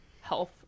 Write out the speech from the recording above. health